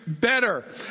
better